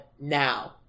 now